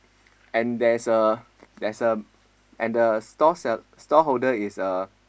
and there's a there's a and the shop sell shop holder is a